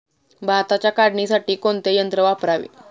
भाताच्या काढणीसाठी कोणते यंत्र वापरावे?